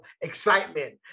excitement